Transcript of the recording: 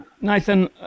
Nathan